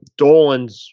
Dolans